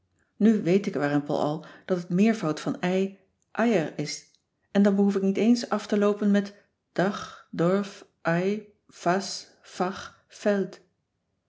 nu weet ik warempel al dat het meervoud van ei eier is en dan behoef ik niet eens af te loopen met dach dorf ei